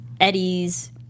Eddie's